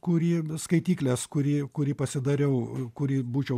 kurį skaityklės kurį kurį pasidariau kurį būčiau